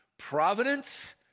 Providence